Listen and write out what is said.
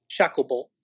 Shacklebolt